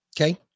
Okay